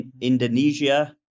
Indonesia